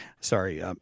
Sorry